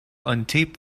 untaped